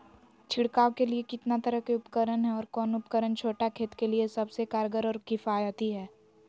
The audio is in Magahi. छिड़काव के लिए कितना तरह के उपकरण है और कौन उपकरण छोटा खेत के लिए सबसे कारगर और किफायती है?